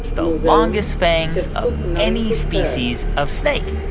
the longest fangs of any species of snake?